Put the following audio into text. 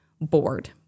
bored